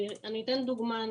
אני אתן דוגמה,